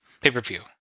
pay-per-view